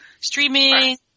streaming